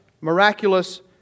miraculous